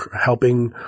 helping